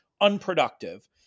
unproductive